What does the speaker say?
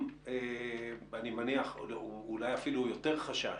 אני מניח שהיה אפילו אולי יותר חשש